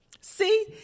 See